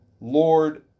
Lord